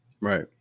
Right